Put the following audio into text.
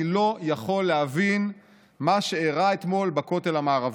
אני לא יכול להבין את מה שאירע אתמול בכותל המערבי.